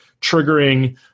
triggering